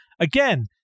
Again